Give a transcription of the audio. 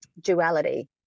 duality